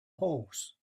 horse